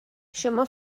شما